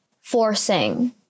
forcing